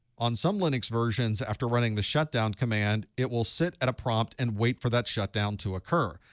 on some linux versions after running the shutdown command, it will sit at a prompt and wait for that shutdown to occur.